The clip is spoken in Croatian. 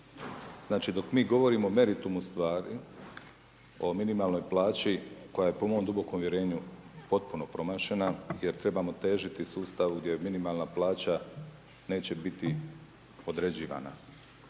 Znači dok mi govorimo o meritumu stvari, o minimalnoj plaći koja je po mom dubokom uvjerenju potpuno promašena jer trebamo težiti sustavu gdje je minimalna plaća neće biti određivana.